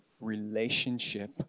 relationship